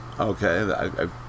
Okay